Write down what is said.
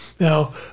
Now